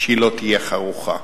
שלא תהיה חרוכה.